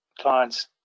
clients